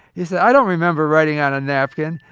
he said, i don't remember writing on a napkin.